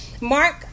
Mark